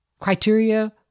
criteria